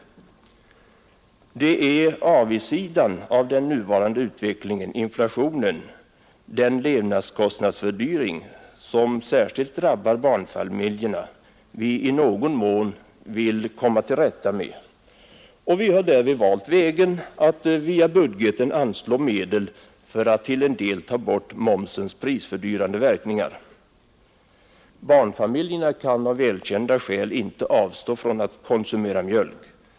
Det är avigsidan av den nuvarande utvecklingen, inflationen, den levnadskostnadsfördyring som särskilt drabbar barnfamiljerna, vi i någon mån vill komma till rätta med. Vi har därvid valt vägen att via budgeten anslå medel för att till en del ta bort momsens prisfördyrande verkningar. Barnfamiljerna kan av välkända skäl inte avstå från att konsumera mjölk.